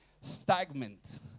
stagnant